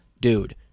dude